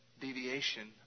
deviation